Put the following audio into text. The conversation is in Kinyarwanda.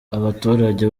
abaturage